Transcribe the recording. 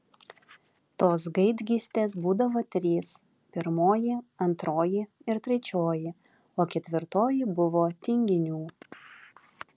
tos gaidgystės būdavo trys pirmoji antroji ir trečioji o ketvirtoji buvo tinginių